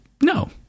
no